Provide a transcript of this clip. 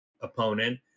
opponent